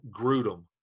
Grudem